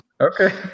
Okay